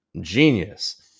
genius